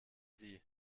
sie